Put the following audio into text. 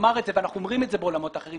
ואנחנו אומרים את זה בעולמות אחרים,